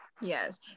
Yes